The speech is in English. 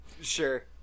Sure